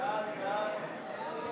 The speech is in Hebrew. ההצעה להעביר את הצעת